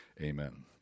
amen